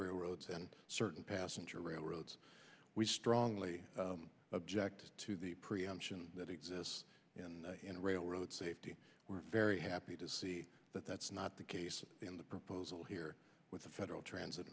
railroads and certain passenger railroads we strongly object to the preemption that exists in railroad safety we're very happy to see that that's not the case in the proposal here with the federal transit